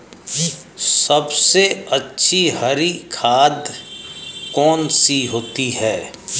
सबसे अच्छी हरी खाद कौन सी होती है?